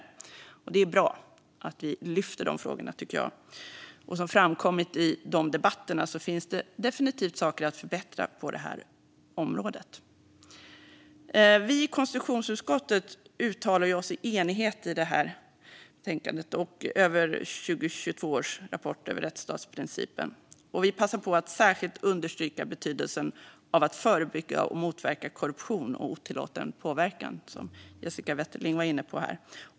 Jag tycker att det är bra att vi lyfter upp dessa frågor. Som framkommit i dessa debatter finns det definitivt saker att förbättra på det här området. Vi i konstitutionsutskottet uttalar oss i enighet i detta betänkande om 2022 års rapport om rättsstatsprincipen. Vi passar på att särskilt understryka betydelsen av att förebygga och motverka korruption och otillåten påverkan, som Jessica Wetterling var inne på.